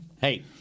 Hey